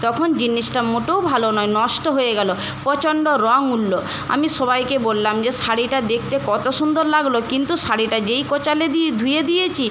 তখন জিনিসটা মোটেও ভালো নয় নষ্ট হয়ে গেলো প্রচণ্ড রং উঠল আমি সবাইকে বললাম যে শাড়িটা দেখতে কত সুন্দর লাগল কিন্তু শাড়িটা যেই কচলে দিয়ে ধুয়ে দিয়েছি